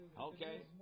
Okay